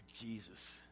Jesus